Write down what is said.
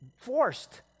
forced